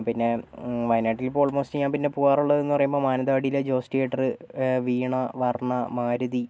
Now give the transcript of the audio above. പിന്നെ വയനാട്ടിൽ ഇപ്പോൾ ഓൾമോസ്റ്റ് ഞാൻ പിന്നെ പോകാറുള്ളത് എന്ന് പറയുമ്പോൾ മാനന്തവാടിയിലെ ജോസ് തിയേറ്റർ വീണ വർണ്ണ മാരുതി